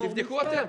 תבדקו אתם.